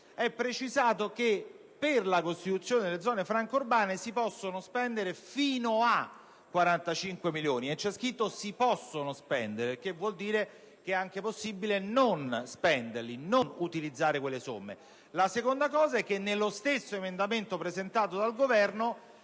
è precisato che per la costituzione delle zone franche urbane si possono spendere fino a 45 milioni di euro. C'è scritto che "si possono" spendere, il che vuol dire che è anche possibile non spendere e quindi non utilizzare quelle somme. Il secondo aspetto da rilevare è che, nello stesso emendamento presentato dal Governo,